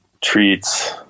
treats